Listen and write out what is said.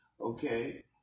okay